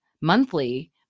monthly